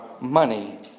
money